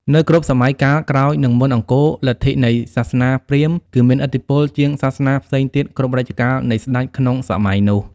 នៅគ្រប់់សម័យកាលក្រោយនិងមុនអង្គរលទ្ធិនៃសាសនាព្រាហ្មណ៍គឺមានឥទ្ធិពលជាងសាសនាផ្សេងទៀតគ្រប់រជ្ជកាលនៃស្តេចក្នុងសម័យនោះ។